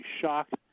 shocked